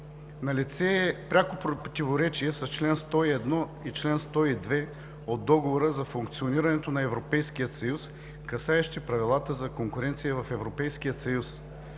Налице е пряко противоречие с чл. 101 и чл. 102 от Договора за функционирането на Европейския съюз, касаещи правилата за конкуренция в Европейския съюз.